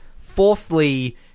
Fourthly